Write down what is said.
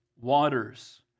waters